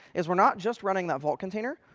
is we're not just running that vault container,